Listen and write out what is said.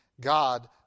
God